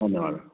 धन्यवादः